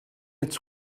its